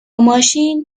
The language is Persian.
ماشین